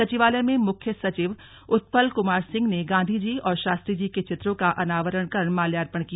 सचिवालय में मुख्य सचिव उत्पल कुमार सिंह ने गांधीजी और शास्त्री जी के चित्रों का अनावरण कर माल्यार्पण किया